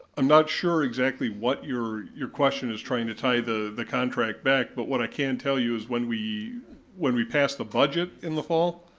i'm not sure exactly what your your question is trying to tie the the contract back, but what i can tell you is when we when we pass the budget in the fall,